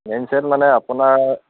main chat মানে আপোনাৰ